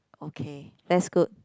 okay that's good